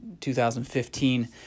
2015